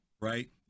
Right